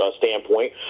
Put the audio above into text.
standpoint